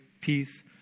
peace